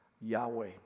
Yahweh